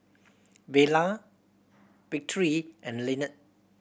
Vela Victory and Lynnette